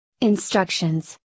Instructions